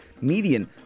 median